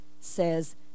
says